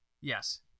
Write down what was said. yes